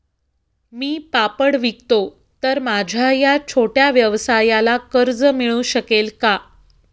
मी पापड विकतो तर माझ्या या छोट्या व्यवसायाला कर्ज मिळू शकेल का?